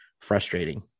frustrating